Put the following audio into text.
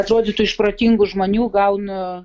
atrodytų iš protingų žmonių gaunu